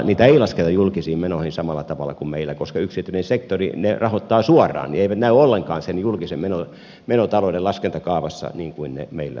niitä ei lasketa julkisiin menoihin samalla tavalla kuin meillä koska yksityinen sektori ne rahoittaa suoraan niin että ne eivät näy ollenkaan sen julkisen menotalouden laskentakaavassa niin kuin ne meillä näkyvät